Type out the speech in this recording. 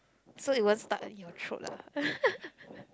so it won't stuck in your throat lah